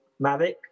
mavic